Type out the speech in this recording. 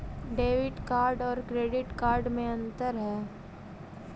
Debit card और credit card में अन्तर है?